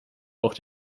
auch